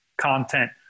content